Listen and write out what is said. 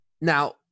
Now